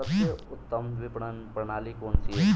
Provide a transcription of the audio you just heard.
सबसे उत्तम विपणन प्रणाली कौन सी है?